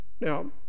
Now